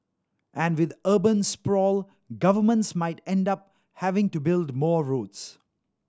and with urban sprawl governments might end up having to build more roads